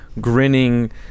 grinning